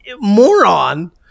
moron